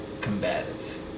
Combative